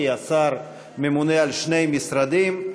כי השר ממונה על שני משרדים.